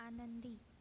आनंदी